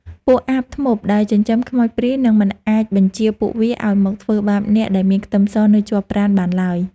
ពួកអាបធ្មប់ដែលចិញ្ចឹមខ្មោចព្រាយនឹងមិនអាចបញ្ជាពួកវាឱ្យមកធ្វើបាបអ្នកដែលមានខ្ទឹមសនៅជាប់ប្រាណបានឡើយ។